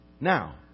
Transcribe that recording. Now